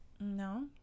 No